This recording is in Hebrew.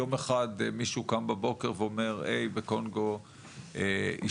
יום אחד מישהו קם בבוקר ואומר שבקונגו השתנתה